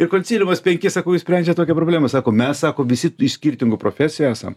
ir konsiliumas penki sakau išsprendžia tokią problemą sako mes sako visi iš skirtingų profesijų esam